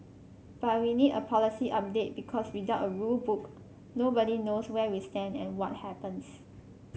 but we need a policy update because without a rule book nobody knows where we stand and what happens